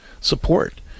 support